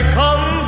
come